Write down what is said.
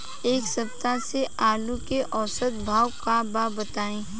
एक सप्ताह से आलू के औसत भाव का बा बताई?